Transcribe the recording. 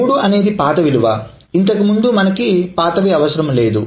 3 అనేది పాత విలువ ఇంతకుముందు మనకు పాతవి అవసరం లేదు